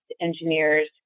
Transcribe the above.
engineers